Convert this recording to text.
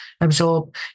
absorb